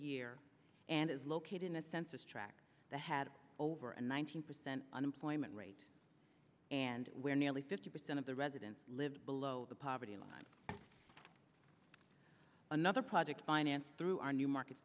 year and is located in a census track the had over an one thousand percent unemployment rate and where nearly fifty percent of the residents live below the poverty line another project financed through our new markets